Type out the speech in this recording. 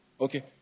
Okay